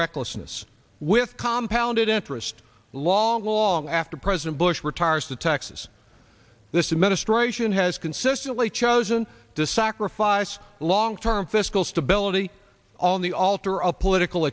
recklessness with compound interest long long after president bush retires to texas this administration has consistently chosen to sacrifice long term fiscal stability on the altar of political